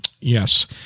yes